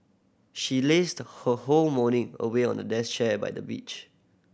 she lazed her whole morning away on a deck chair by the beach